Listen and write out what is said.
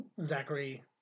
Zachary